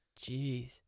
jeez